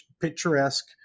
picturesque